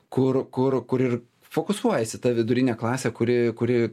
kur kur kur ir fokusuojasi ta vidurinė klasė kuri kuri